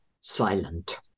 silent